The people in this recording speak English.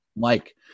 Mike